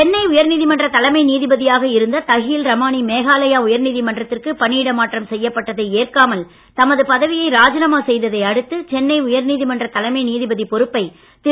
சென்னை உயர்நீதிமன்ற தலைமை நீதிபதியாக இருந்து தஹீல் ராமாணி மேகாலயா உயர்நீதிமன்றத்திற்கு பணியிடம் மாற்றம் செய்யப்பட்டதை ஏற்காமல் அவர் அவர் தமது பதவியை ராஜினாமா செய்ததை அடுத்து சென்னை உயர்நீதிமன்ற தலைமை நீதிபதி பொறுப்பை திரு